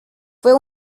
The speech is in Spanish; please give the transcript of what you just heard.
fue